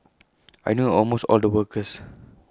I knew almost all the workers